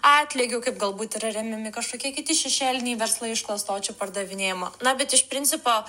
atlygio kaip galbūt yra remiami kažkokie kiti šešėliniai verslai iš klastočių pardavinėjimo na bet iš principo